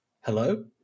hello